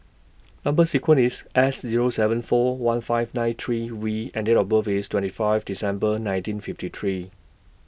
Number sequence IS S Zero seven four one five nine three V and Date of birth IS twenty five December nineteen fifty three